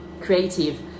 creative